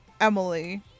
Emily